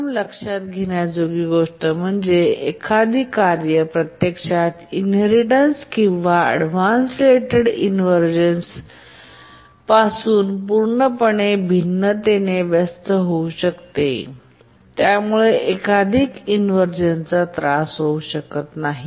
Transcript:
प्रथम लक्षात घेण्याजोगी गोष्ट म्हणजे एखादी कार्य प्रत्यक्षात इनहेरिटेन्स किंवा अव्हॉईडन्स रिलेटेड इन्व्हर्जन पासून पूर्णपणे भिन्नतेने व्यस्त होऊ शकते आणि यामुळे एकाधिक इन्व्हरझनचा त्रास होऊ शकत नाही